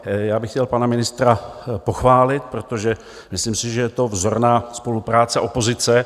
Já bych chtěl pana ministra pochválit, protože myslím si, že je to vzorná spolupráce opozice.